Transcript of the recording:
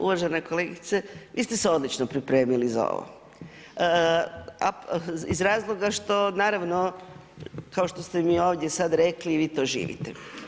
Uvažena kolegice, vi ste se odlično pripremili za ovo iz razloga što naravno kao što ste im i ovdje sad rekli, vi to živite.